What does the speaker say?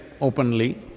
openly